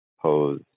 pose